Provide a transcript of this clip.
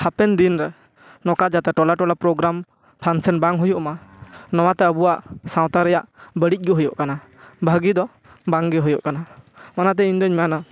ᱦᱟᱯᱮᱱ ᱫᱤᱱ ᱨᱮ ᱱᱚᱠᱟ ᱡᱟᱛᱮ ᱴᱚᱞᱟ ᱴᱚᱞᱟ ᱯᱨᱚᱜᱨᱟᱢ ᱯᱷᱟᱱᱥᱮᱱ ᱵᱟᱝ ᱦᱩᱭᱩᱜᱼᱢᱟ ᱱᱚᱣᱟ ᱛᱮ ᱟᱵᱚᱭᱟᱜ ᱥᱟᱶᱛᱟ ᱨᱮᱭᱟᱜ ᱵᱟᱹᱲᱤᱡ ᱜᱮ ᱦᱩᱭᱩᱜ ᱠᱟᱱᱟ ᱵᱷᱟᱹᱜᱤ ᱫᱚ ᱵᱟᱝ ᱜᱮ ᱦᱩᱭᱩᱜ ᱠᱟᱱᱟ ᱚᱱᱟ ᱛᱮ ᱤᱧᱫᱚᱹᱧ ᱢᱮᱱᱟ